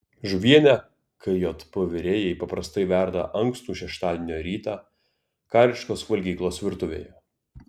žuvienę kjp virėjai paprastai verda ankstų šeštadienio rytą kariškos valgyklos virtuvėje